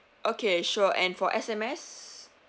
okay sure and for S_M_S